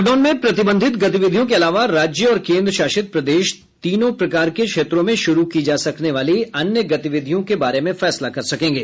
lockdown में प्रतिबंधित गतिविधियों के अलावा राज्य और केंद्र शासित प्रदेश तीनों प्रकार के क्षेत्रों में शुरू की जा सकने वाली अन्य गतिविधियों के बारे में फैसला कर सकेंगे